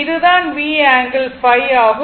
இது தான் V angle ϕ ஆகும்